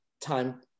time